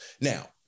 now